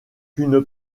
qu’une